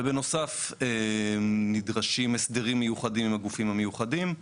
ובנוסף נדרשים הסדרים מיוחדים עם הגופים המיוחדים.